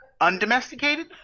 Undomesticated